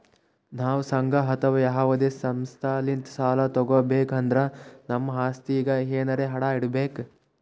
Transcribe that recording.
ನಾವ್ ಸಂಘ ಅಥವಾ ಯಾವದೇ ಸಂಸ್ಥಾಲಿಂತ್ ಸಾಲ ತಗೋಬೇಕ್ ಅಂದ್ರ ನಮ್ ಆಸ್ತಿದಾಗ್ ಎನರೆ ಅಡ ಇಡ್ಬೇಕ್